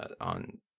on